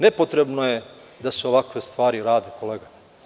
Nepotrebno je da se ovakve stvari rade, kolega.